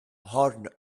horn